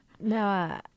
No